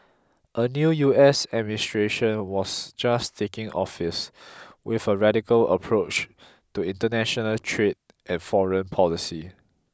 a new U S administration was just taking office with a radical approach to international trade and foreign policy